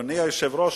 אדוני היושב-ראש,